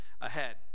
ahead